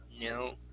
No